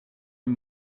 een